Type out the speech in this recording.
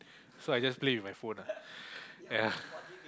so I just play with my phone ah ya